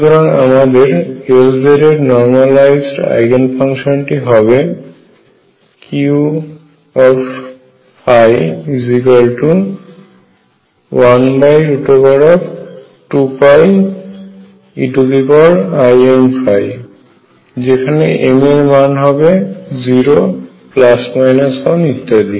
সুতরাং আমাদের Lz এর নর্মালাইজড আইগেন ফাংশনটি হবে Q12eimϕ যেখানে m এর মান হবে 0 1 ইত্যাদি